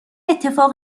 اتفاق